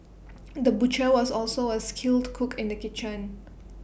the butcher was also A skilled cook in the kitchen